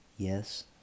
Yes